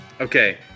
Okay